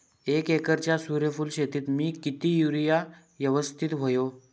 एक एकरच्या सूर्यफुल शेतीत मी किती युरिया यवस्तित व्हयो?